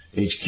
HQ